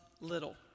little